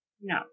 No